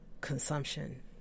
consumption